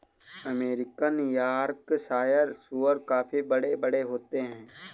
American Yorkshire सूअर काफी बड़े बड़े होते हैं